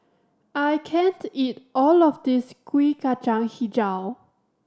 I can't eat all of this Kuih Kacang Hijau